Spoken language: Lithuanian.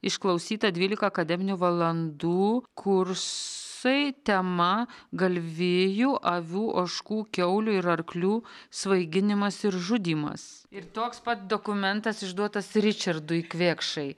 išklausyta dvylika akademinių valandų kursai tema galvijų avių ožkų kiaulių ir arklių svaiginimas ir žudymas ir toks pat dokumentas išduotas ričardui kvėkšai